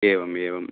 एवम् एवं